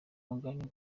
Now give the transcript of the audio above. umugani